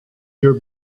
your